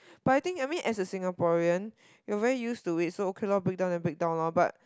but I think I mean as a Singaporean we are very used to it so okay lor break down then break down lor but